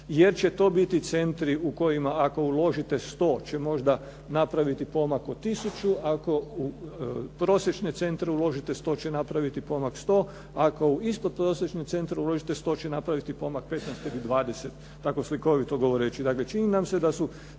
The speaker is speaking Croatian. jer će to biti centri u kojima, ako uložite sto će možda napraviti pomak od tisuću, ako u prosječne centre uložite sto će napraviti pomak sto, ako u isto prosječni centar uložite 100 će napraviti pomak 15 ili 20 tako slikovito govoreći.